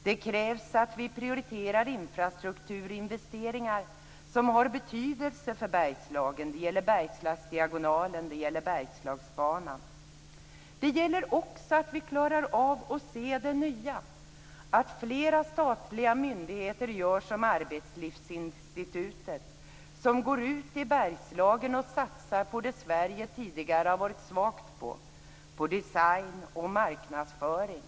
Det krävs att vi prioriterar infrastrukturinvesteringar som har betydelse för Bergslagen. Det gäller Bergslagsdiagonalen. Det gäller Bergslagsbanan. Det gäller också att vi klarar av att se det nya, att t.ex. flera statliga myndigheter gör som Arbetslivsinstitutet, som går ut i Bergslagen och satsar på något som Sverige tidigare har varit svagt på; design och marknadsföring.